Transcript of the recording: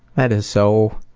that is so,